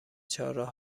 چهارراه